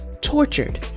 tortured